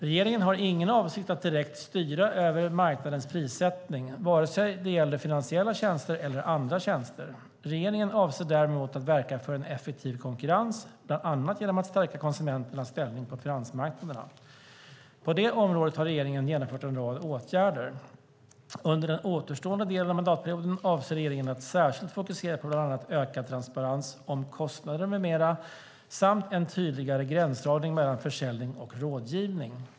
Regeringen har ingen avsikt att direkt styra över marknadens prissättning, vare sig det gäller finansiella tjänster eller andra tjänster. Regeringen avser däremot att verka för en effektiv konkurrens, bland annat genom att stärka konsumenternas ställning på finansmarknaderna. På det området har regeringen genomfört en rad åtgärder. Under den återstående delen av mandatperioden avser regeringen att särskilt fokusera på bland annat ökad transparens om kostnader med mera samt en tydligare gränsdragning mellan försäljning och rådgivning.